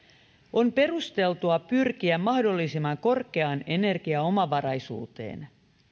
on perusteltua pyrkiä mahdollisimman korkeaan energiaomavaraisuuteen